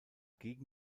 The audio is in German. gegen